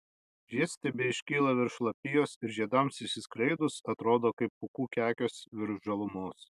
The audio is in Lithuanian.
žiedstiebiai iškyla virš lapijos ir žiedams išsiskleidus atrodo kaip pūkų kekės virš žalumos